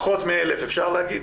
פחות מ-1,000 אפשר להגיד?